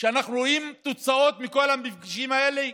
שאנחנו רואים תוצאות מכל המפגשים האלה?